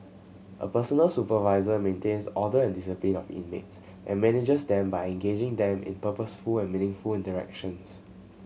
a personal supervisor maintains order and discipline of inmates and manages them by engaging them in purposeful and meaningful interactions